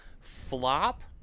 flop